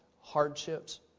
hardships